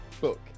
book